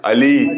Ali